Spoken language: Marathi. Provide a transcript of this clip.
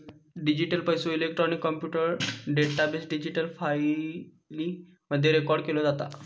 डिजीटल पैसो, इलेक्ट्रॉनिक कॉम्प्युटर डेटाबेस, डिजिटल फाईली मध्ये रेकॉर्ड केलो जाता